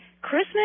Christmas